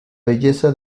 belleza